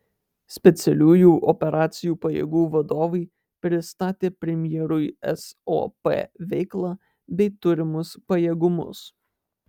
specialiųjų operacijų pajėgų vadovai pristatė premjerui sop veiklą bei turimus pajėgumus